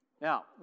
Now